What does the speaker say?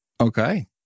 Okay